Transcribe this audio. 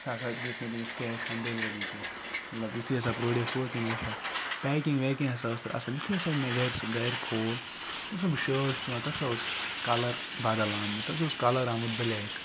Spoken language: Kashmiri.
سۄ ہَسا دِژ مےٚ تٔمِس کیش آن ڈیلوَری پیٹھ مَطلَب یُتھُے ہَسا پروڈَکٹہٕ ووت تٔمۍ ہَسا پیکِنٛگ ویکِنٛگ ہَسا ٲسۍ تَتھ اَصل یُتھُے ہَسا مےٚ سُہ گَرِ کھوٗل ییٚلہِ ہَسا بہٕ شٲٹۍ چھُس تَتھ ہَسا اوس کَلَر بَدَل آمُت تَتھ ہَسا کَلَر آمُت بلیک